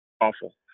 awful